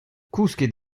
kousket